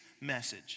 message